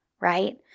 right